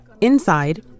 Inside